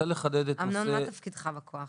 תנו לנו את הכסף שמגיע,